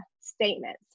statements